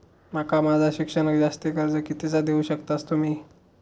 माका माझा शिक्षणाक जास्ती कर्ज कितीचा देऊ शकतास तुम्ही?